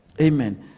Amen